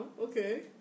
okay